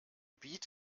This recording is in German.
beat